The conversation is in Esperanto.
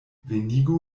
venigu